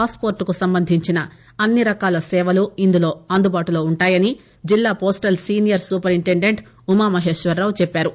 పాస్పోర్ట్కు సంబంధించిన అన్నిరకాల సేవలు ఇందులో అందుబాటులో వుంటాయని జిల్లా పోస్టల్ సీనియర్ సూపరింటెండెంట్ ఉమామహేశ్వర్ చెప్పారు